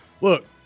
look